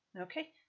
Okay